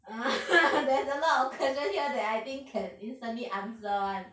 there's a lot of question here that I think can instantly answer [one]